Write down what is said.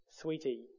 sweetie